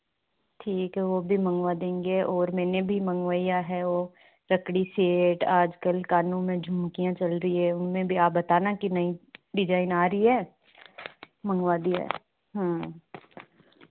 ठीक है वह भी मंगवा देंगे और मैंने भी मंगवया है वह लकड़ी सेट आजकल कानों में झुमकियाँ चल रही हैं उनमें भी आप बताना की नई डिजाइन आ रही है मंगवा दिया हाँ